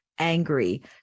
angry